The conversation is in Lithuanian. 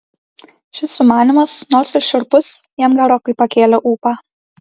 šis sumanymas nors ir šiurpus jam gerokai pakėlė ūpą